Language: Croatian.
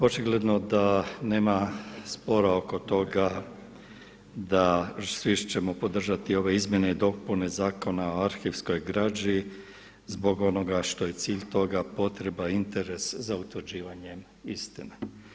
Očigledno da nema spora oko toga da svi ćemo podržati ove izmjene i dopune Zakona o arhivskoj građi zbog onoga što je cilj toga potreba, interes za utvrđivanjem istine.